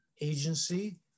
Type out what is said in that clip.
agency